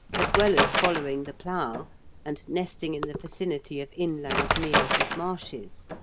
as well as following the plough and nesting in the vicinity of inland meres and marshes.